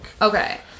Okay